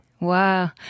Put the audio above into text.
Wow